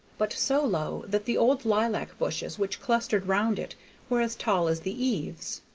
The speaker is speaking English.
but so low that the old lilac-bushes which clustered round it were as tall as the eaves.